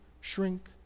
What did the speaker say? shrink